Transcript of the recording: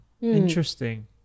Interesting